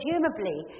presumably